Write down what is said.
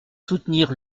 soutenir